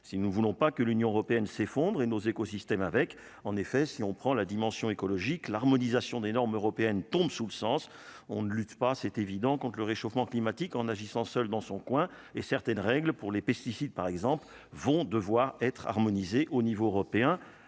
si nous ne voulons pas que l'Union européenne s'effondre et nos écosystèmes avec, en effet, si on prend la dimension écologique, l'harmonisation des normes européennes tombe sous le sens, on ne lutte pas, c'est évident qu'on ne le réchauffement climatique en agissant seul dans son coin et certaines règles pour les pesticides, par exemple, vont devoir être harmonisées au niveau européen